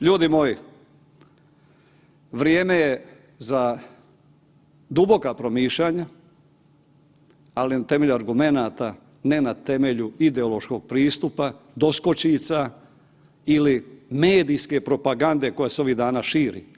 Ljudi moji, vrijeme je za duboka promišljanja, ali na temelju argumenata, ne na temelju ideološkog pristupa, doskočica ili medijske propagande koja je ovih dana širi.